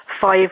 five